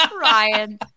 ryan